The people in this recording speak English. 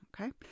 Okay